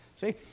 See